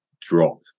drop